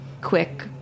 quick